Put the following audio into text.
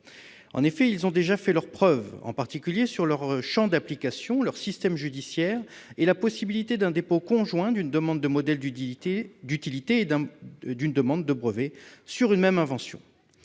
chinois, qui ont déjà fait leurs preuves, en particulier sur leur champ d'application, leur système judiciaire et la possibilité d'un dépôt conjoint d'une demande de modèle d'utilité et d'une demande de brevet sur une même invention.